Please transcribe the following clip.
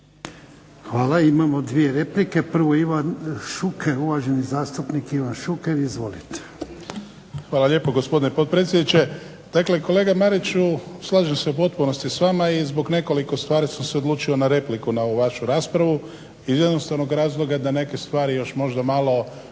Imamo dvije replike. Prvo uvaženi zastupnik Ivan Šuker. Izvolite. **Šuker, Ivan (HDZ)** Hvala lijepo gospodine potpredsjedniče. Dakle, kolega Mariću slažem se u potpunosti s vama i iz nekoliko stvari sam se odlučio na repliku na ovu vašu raspravu iz jednostavnog razloga da neke stvari još možda malo